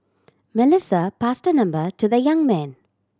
Melissa passed number to the young man